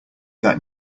that